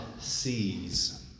sees